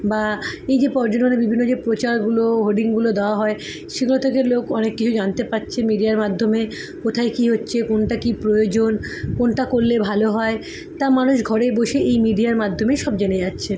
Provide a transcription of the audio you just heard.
বা এই যে পর্যটনে বিভিন্ন যে পোচারগুলো হোর্ডিংগুলো দেওয়া হয় সেগুলো থেকে লোক অনেক কিছু জানতে পাচ্ছে মিডিয়ার মাধ্যমে কোথায় কী হচ্ছে কোনটা কী প্রয়োজন কোনটা করলে ভালো হয় তা মানুষ ঘরে বসে এই মিডিয়ার মাধ্যমে সব জেনে যাচ্ছে